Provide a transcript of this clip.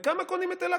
בכמה קונים את אל-אקצא?